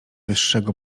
wyższego